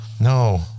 No